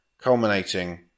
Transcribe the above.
culminating